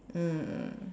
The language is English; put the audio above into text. mm